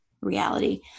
reality